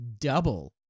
double